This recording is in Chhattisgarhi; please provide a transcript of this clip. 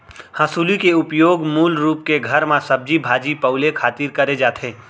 हँसुली के उपयोग मूल रूप के घर म सब्जी भाजी पउले खातिर करे जाथे